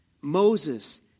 Moses